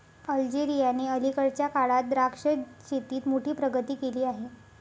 अल्जेरियाने अलीकडच्या काळात द्राक्ष शेतीत मोठी प्रगती केली आहे